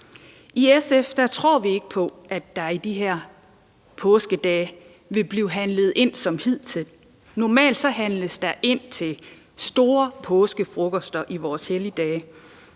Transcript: I SF tror vi ikke på, at der i de her påskedage vil blive handlet ind som hidtil. Normalt handles der ind til store påskefrokoster i vores helligdage,